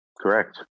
correct